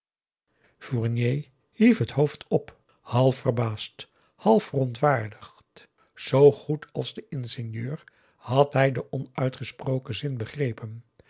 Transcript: fournier hief het hoofd op half verbaasd half verontwaardigd zoo goed als de ingenieur had hij den onuitgesproken zin begrepen